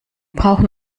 brauchen